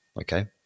Okay